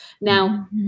Now